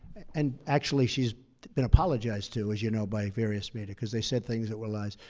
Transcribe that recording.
and actually, she's been apologized to, as you know, by various media because they said things that were lies.